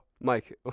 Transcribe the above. Mike